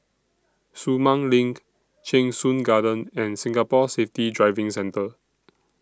Sumang LINK Cheng Soon Garden and Singapore Safety Driving Centre